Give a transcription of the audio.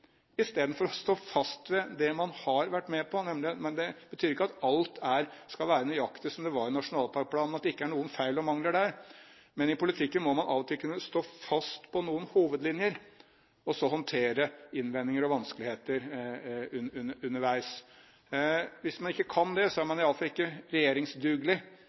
betyr ikke at alt skal være nøyaktig som det var i nasjonalparkplanen, at det ikke er noen feil og mangler der, men i politikken må man av og til kunne stå fast på noen hovedlinjer, og så håndtere innvendinger og vanskeligheter underveis. Hvis man ikke kan det, er man iallfall ikke regjeringsdugelig. Bare partier som klarer å fastholde noe over tid, er regjeringsdugelige i Norge. Ja, SV har bevist at vi er det. Mange trodde ikke